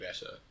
better